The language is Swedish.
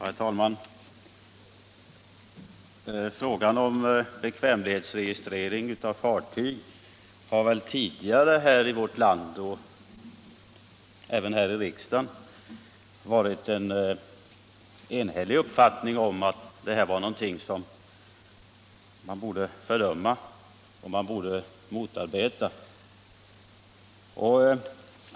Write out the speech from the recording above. Herr talman! Beträffande bekvämlighetsregistrering av fartyg har det väl tidigare i vårt land och även här i riksdagen varit en enhällig uppfattning att det var något som man borde fördöma och motarbeta.